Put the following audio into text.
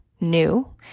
new